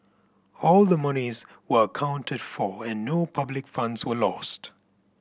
all the monies were accounted for and no public funds were lost